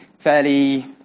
fairly